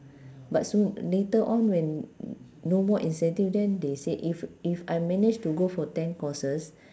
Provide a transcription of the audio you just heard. but soon later on when no more incentive then they said if if I managed to go for ten courses